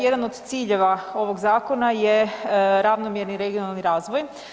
Jedan od ciljeva ovog zakona je ravnomjerni regionalni razvoj.